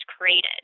created